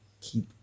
keep